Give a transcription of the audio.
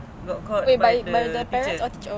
oh wait by parents or teacher